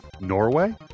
Norway